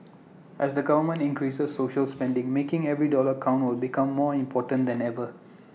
as the government increases social spending making every dollar count will become more important than ever